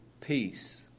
peace